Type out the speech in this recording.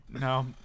no